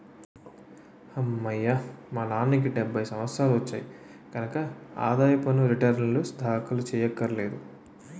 అమ్మయ్యా మా నాన్నకి డెబ్భై సంవత్సరాలు వచ్చాయి కనక ఆదాయ పన్ను రేటర్నులు దాఖలు చెయ్యక్కర్లేదు